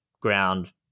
ground